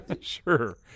Sure